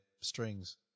strings